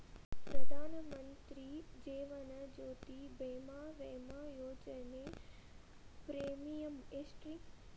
ಪ್ರಧಾನ ಮಂತ್ರಿ ಜೇವನ ಜ್ಯೋತಿ ಭೇಮಾ, ವಿಮಾ ಯೋಜನೆ ಪ್ರೇಮಿಯಂ ಎಷ್ಟ್ರಿ?